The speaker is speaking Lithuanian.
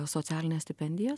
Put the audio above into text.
socialines stipendijas